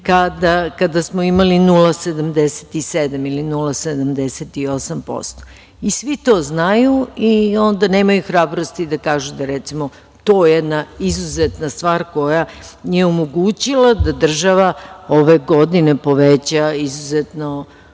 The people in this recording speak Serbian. kada smo imali 0,77% ili 0,78%.Svi to znaju i onda nemaju hrabrosti da kažu, da recimo, to je jedna izuzetna stvar koja je omogućila da država ove godine poveća izuzetno,